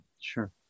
sure